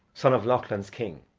son of lochlin's king,